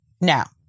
Now